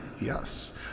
yes